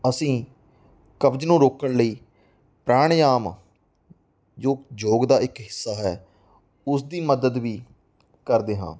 ਅਸੀਂ ਕਬਜ਼ ਨੂੰ ਰੋਕਣ ਲਈ ਪ੍ਰਾਣਾਯਾਮ ਯੁਗ ਯੋਗ ਦਾ ਇੱਕ ਹਿੱਸਾ ਹੈ ਉਸਦੀ ਮਦਦ ਵੀ ਕਰਦੇ ਹਾਂ